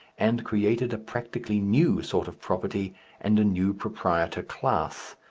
and created a practically new sort of property and a new proprietor class.